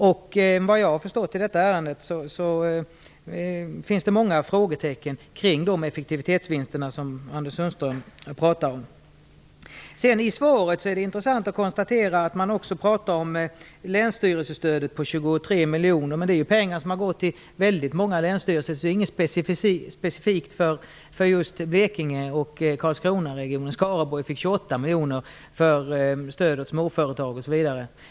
Såvitt jag förstår finns det i detta ärende många frågetecken kring de effektivitetsvinster som Anders Sundström pratar om. I svaret, och det är intressant att konstatera, pratas det också om länsstyrelsestödet på 23 miljoner. Men det gäller då pengar som har gått till väldigt många länsstyrelser, så det här är inget specifikt för Blekinge och Karlskronaregionen. Skaraborg fick 28 miljoner till stöd åt småföretag osv.